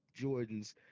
Jordans